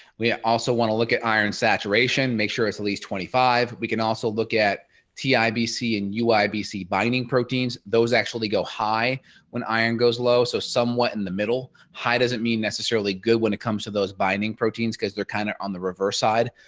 we also want to look at iron saturation make sure it's at least twenty five. we can also look at tibc and uibc binding proteins those actually go high when iron goes low. so somewhat in the middle high doesn't mean necessarily good when it comes to those binding proteins because they're kind of on the reverse side.